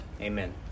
Amen